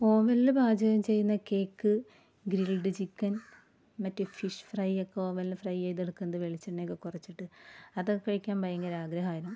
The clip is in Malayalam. ഓവനില് പാചകം ചെയ്യുന്ന കേക്ക് ഗ്രിൽഡ് ചിക്കൻ മറ്റേ ഫിഷ് ഫ്രയൊക്കെ ഓവനില് ഫ്രൈ ചെയ്തെടുക്കുന്നത് വെളിച്ചെണ്ണ ഒക്കെ കുറച്ചിട്ട് അതൊക്കെ കഴിക്കാൻ ഭയങ്കര ആഗ്രഹമായിരുന്നു